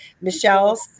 Michelle